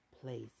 place